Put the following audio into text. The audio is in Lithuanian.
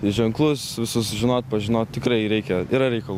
ženklus visus žinot pažinot tikrai reikia yra reikalų